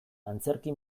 antzerki